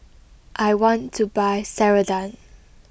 I want to buy Ceradan